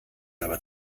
aber